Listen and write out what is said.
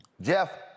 Jeff